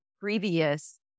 previous